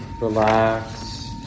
relax